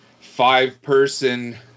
five-person